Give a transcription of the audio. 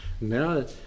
Now